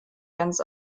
ganz